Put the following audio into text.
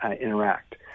interact